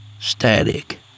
Static